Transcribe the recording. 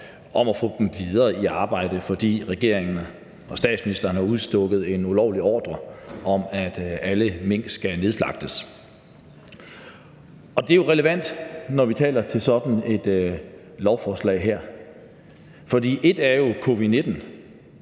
om at få dem videre i arbejde, fordi regeringen og statsministeren har udstukket en ulovlig ordre om, at alle mink skal nedslagtes. Det er jo relevant, når vi taler om sådan et lovforslag her. For et er jo covid-19,